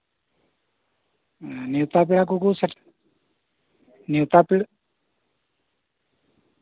ᱦᱩᱸ ᱱᱮᱛᱟᱨ ᱡᱟᱦᱟᱸᱭ ᱠᱚᱠᱚ ᱱᱮᱣᱛᱟ ᱯᱮᱲᱟ